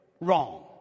wrong